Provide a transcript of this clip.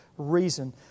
reason